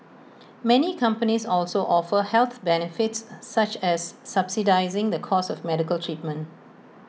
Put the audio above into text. many companies also offer health benefits such as subsidising the cost of medical treatment